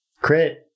Crit